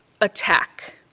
attack